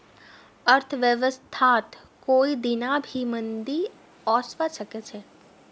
अर्थव्यवस्थात कोई दीना भी मंदी ओसवा सके छे